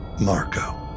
Marco